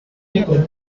yellow